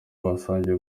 basangiye